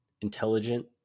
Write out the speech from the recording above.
intelligent